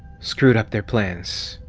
screwed up their plans.